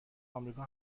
امریکا